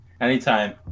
Anytime